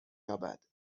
یابد